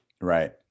Right